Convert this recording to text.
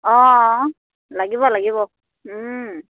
অঁ লাগিব লাগিব